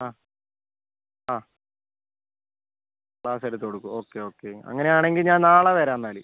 ആ ആ ക്ലാസ്സ് എടുത്തുകൊടുക്കും ഓക്കെ ഓക്കെ അങ്ങനെയാണെങ്കിൽ ഞാൻ നാളെ വരാം എന്നാൽ